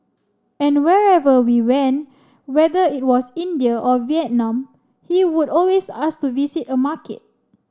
and wherever we went whether it was India or Vietnam he would always ask to visit a market